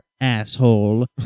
asshole